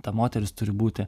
ta moteris turi būti